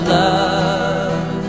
love